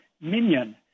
minion